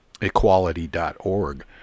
equality.org